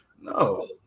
no